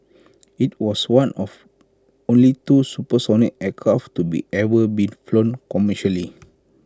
IT was one of only two supersonic aircraft to be ever be flown commercially